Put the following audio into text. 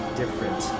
different